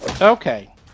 Okay